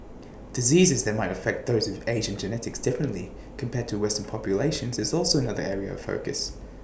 diseases that might affect those with Asian genetics differently compared to western populations is also another area of focus